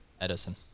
Edison